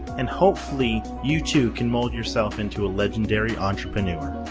and hopefully, you too can mold yourself into a legendary entrepreneur.